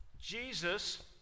Jesus